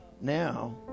now